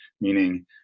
meaning